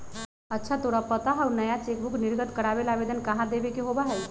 अच्छा तोरा पता हाउ नया चेकबुक निर्गत करावे ला आवेदन कहाँ देवे के होबा हई?